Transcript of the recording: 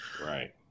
Right